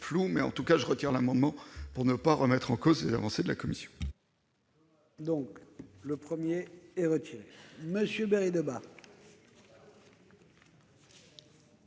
Cela étant, je retire l'amendement pour ne pas remettre en cause les avancées de la commission,